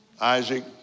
Isaac